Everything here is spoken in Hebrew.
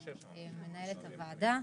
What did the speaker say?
מנהלת הוועדה,